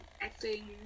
acting